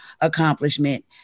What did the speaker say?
accomplishment